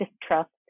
distrust